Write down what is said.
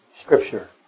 Scripture